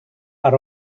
are